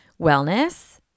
wellness